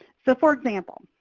so for example,